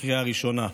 לקריאה ראשונה.